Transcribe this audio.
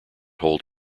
hold